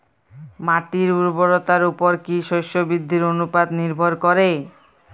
মাটির উর্বরতার উপর কী শস্য বৃদ্ধির অনুপাত নির্ভর করে?